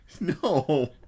No